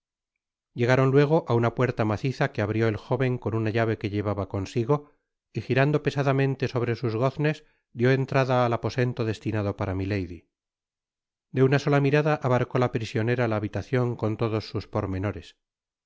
llegaron luego á una puerta maciza que abrió el jóven cou una tlave que llevaba consigo y girando pesadamente sobre sus goznes dió entrada al aposento destinado para milady de una sola mirada abarcó la prisionera la habitacion con todos sus pormenores